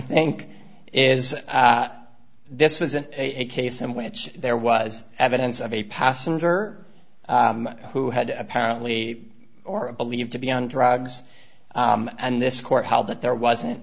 think is this was an a case in which there was evidence of a passenger who had apparently or believed to be on drugs and this court held that there wasn't